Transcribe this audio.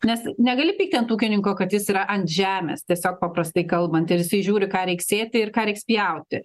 nes negali pykti ant ūkininko kad jis yra ant žemės tiesiog paprastai kalbant ir jisai žiūri ką reiks sėti ir ką reiks pjauti